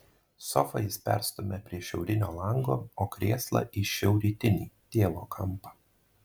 sofą jis perstumia prie šiaurinio lango o krėslą į šiaurrytinį tėvo kampą